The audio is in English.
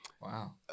Wow